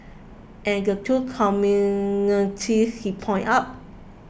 and the two commonalities he pointed out